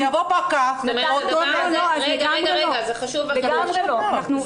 יבוא פקח --- לגמרי לא.